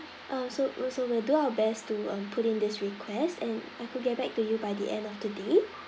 uh so also we'll do our best to uh put in this request and I could get back to you by the end of today